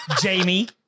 Jamie